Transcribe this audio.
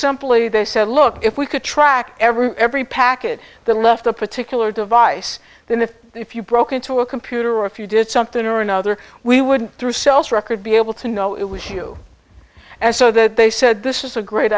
simply they said look if we could track every every packet that left a particular device then if if you broke into a computer or if you did something or another we would through self record be able to know it was you and so that they said this is a great